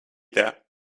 there